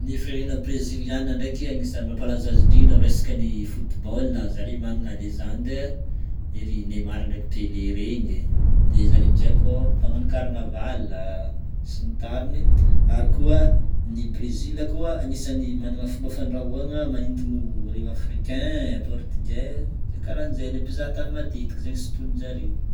Ny firenena Brezilianina ndreky agnisan'ny mampalaza azy indrindra amin'ny resakan'ny football zare magnana légende ery Neymar ndreky Pelé regny. De zare am'izay kô mpagnano carnaval sy ny tariny. Ary koa ny Brezil koa agnisan'ny managna fomba fandrahoagna manintogno reo Africain, Portugais karahan'jay le mpizahan-tany matetiky zegny sotomin'jareo.